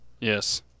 yes